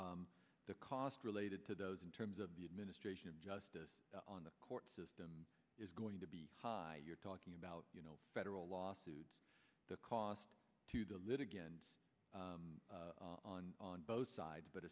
and the costs related to those in terms of the administration of justice on the court system is going to be high you're talking about you know federal lawsuits the cost to the litigants on on both sides but